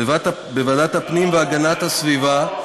בוועדת הפנים והגנת הסביבה,